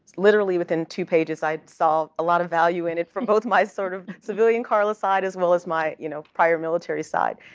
literally within two pages i saw a lot of value in it from both my sort of civilian carla side as well as my you know prior military side.